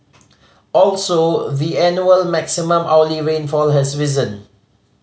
also the annual maximum hourly rainfall has risen